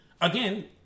Again